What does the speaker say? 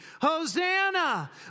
Hosanna